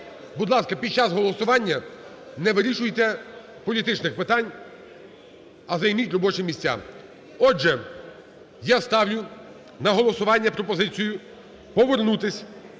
Будь ласка, під час голосування не вирішуйте політичних питань, а займіть робочі місця. Отже, я ставлю на голосування пропозицію повернутись